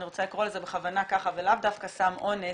אני בכוונה רוצה לקרוא לזה ככה ולאו דווקא סם אונס.